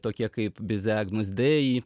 tokie kaip bizė agnus dei